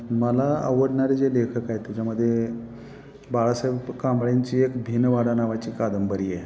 मला आवडणारे जे लेखक आहे त्याच्यामध्ये बाळासाहेब कांबळेंची एक भिनवाडा नावाची कादंबरी आहे